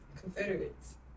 Confederates